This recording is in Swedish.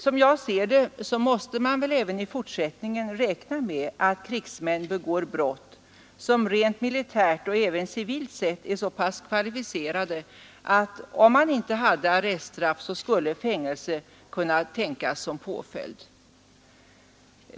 Som jag ser det måste man väl även i fortsättningen räkna med att krigsmän begår brott, som rent militärt och även civilt sett är så pass kvalificerade, att om man inte hade arreststraff, skulle fängelse kunna tänkas som påföljd.